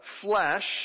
flesh